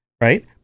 right